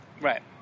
right